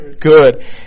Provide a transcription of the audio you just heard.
Good